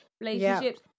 relationships